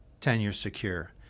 tenure-secure